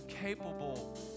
capable